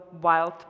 wild